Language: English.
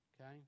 okay